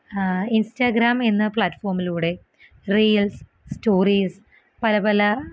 Instagram എന്ന പ്ലാറ്റ്ഫോമിലൂടെ reels stories പല പല